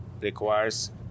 requires